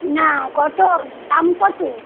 না কতো দাম কতো